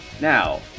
Now